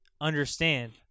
understand